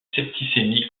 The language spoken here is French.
septicémie